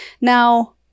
Now